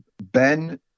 Ben